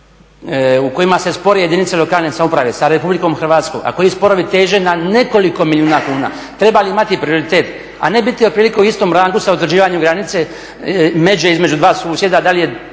u kojim se spore jedinice lokalne samouprave sa RH, a koji sporovi teže na nekoliko milijuna kuna trebali imati prioritet, a ne biti otprilike u istom rangu sa utvrđivanjem granice, međe između dva susjeda, da li je